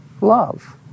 love